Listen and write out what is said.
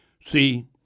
See